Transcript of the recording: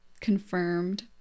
Confirmed